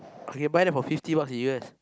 I can buy that for fifty bucks in U_S